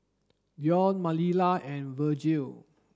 Deon Manilla and Vergil